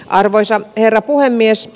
arvoisa herra puhemies